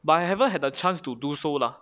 but I haven't had a chance to do so lah